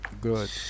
good